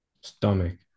Stomach